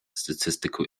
statistical